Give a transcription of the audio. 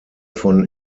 von